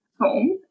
home